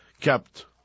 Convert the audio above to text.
kept